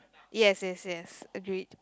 yes yes yes agreed